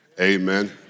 amen